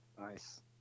nice